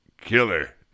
killer